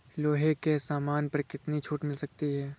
लोहे के सामान पर कितनी छूट मिल सकती है